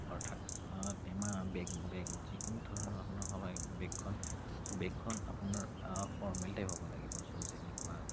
অৰ্থাৎ টেমা bag bag যিকোনো ধৰণৰ আপোনাৰ বেগখন বেগখন আপোনাৰ ফৰ্মেল টাইপ হ'ব লাগিব চ' যেনেকুৱা